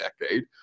decade